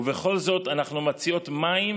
ובכל זאת אנחנו מציעות מים